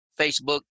Facebook